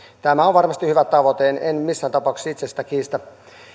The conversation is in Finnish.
tämä on varmasti hyvä tavoite en missään tapauksessa itse sitä kiistä